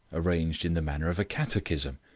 arranged in the manner of a catechism.